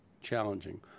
challenging